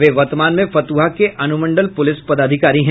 वे वर्तमान में फतुहा के अनुमंडल प्रलिस पदाधिकारी हैं